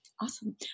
Awesome